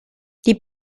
die